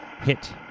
hit